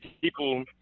people